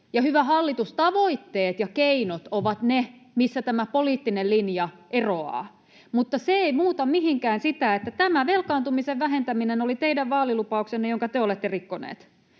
Hyvä hallitus, tavoitteet ja keinot ovat ne, missä tämä poliittinen linja eroaa, mutta se ei muuta mihinkään sitä, että tämä velkaantumisen vähentäminen oli teidän vaalilupauksenne, jonka te olette rikkoneet.